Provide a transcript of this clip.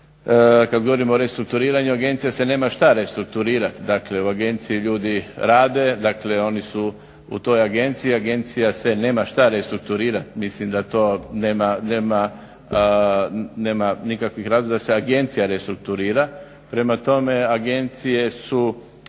kada govorimo o restrukturiranju agencija se nema šta restrukturirati. Dakle u agenciji ljudi rade, dakle oni su u toj agenciji, agencija se nema šta restrukturirati. Mislim da to nema, nema, nema nikakvih razloga da se agencija restrukturira. Prema tome, agencije su